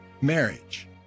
marriage